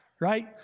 right